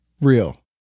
Real